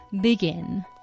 begin